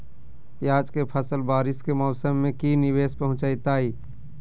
प्याज के फसल बारिस के मौसम में की निवेस पहुचैताई?